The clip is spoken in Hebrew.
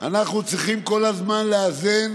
אנחנו צריכים כל הזמן לאזן